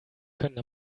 können